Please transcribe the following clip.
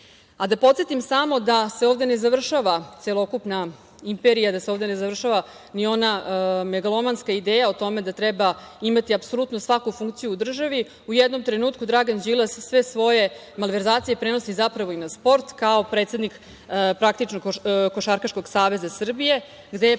podsetim samo da se ovde ne završava celokupna imperija, da se ovde ne završava ni ona megalomanska ideja o tome da treba imati apsolutno svaku funkciju u državi, u jednom trenutku Dragan Đilas sve svoje malverzacije prenosi zapravo i na sport, kao predsednik Košarkaškog saveza Srbije, gde je